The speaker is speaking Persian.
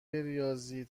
ریاضی